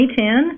2010